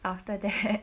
after that